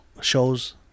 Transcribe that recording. shows